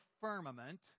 firmament